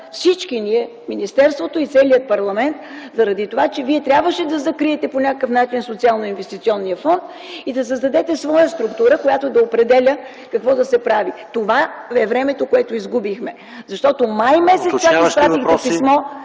всички ние – министерството и целият парламент, заради това че Вие трябваше да закриете по някакъв начин Социалноинвестиционния фонд и да създадете своя структура, която да определя какво да се прави. Това е времето, което изгубихме, защото м. май изпратихте писмо...